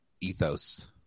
ethos